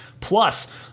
Plus